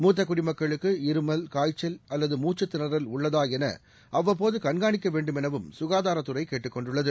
மூத்த குடிமக்களுக்கு இருமல் காய்ச்சல் அல்லது மூச்சுத் திணறல் உள்ளதா என அவ்வப்போது கண்காணிக்க வேண்டுமெனவும் சுகாதாரத்துறை கேட்டுக் கொண்டுள்ளது